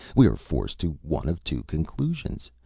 we are forced to one of two conclusions,